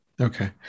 okay